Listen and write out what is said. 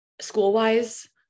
school-wise